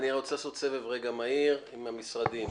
רוצה לעשות סבב מהיר בין המשרדים.